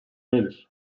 nedir